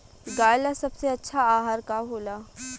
गाय ला सबसे अच्छा आहार का होला?